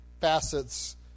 facets